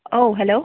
औ हेल'